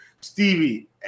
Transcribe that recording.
Stevie